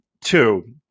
two